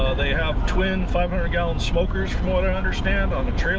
they have twin five hundred gallon smokers. from what i understand on a